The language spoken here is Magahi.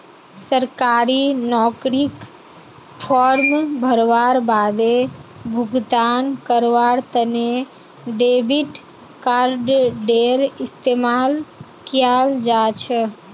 सरकारी नौकरीर फॉर्म भरवार बादे भुगतान करवार तने डेबिट कार्डडेर इस्तेमाल कियाल जा छ